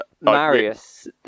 Marius